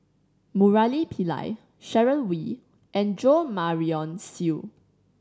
Murali Pillai Sharon Wee and Jo Marion Seow